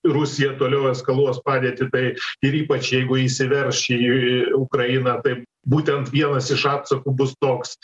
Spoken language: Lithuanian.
rusija toliau eskaluos padėtį bei ir ypač jeigu įsiverš į ukrainą tai būtent vienas iš atsakų bus toks